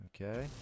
Okay